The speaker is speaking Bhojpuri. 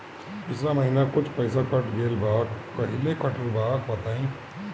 पिछला महीना कुछ पइसा कट गेल बा कहेला कटल बा बताईं?